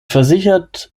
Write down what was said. versichert